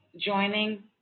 joining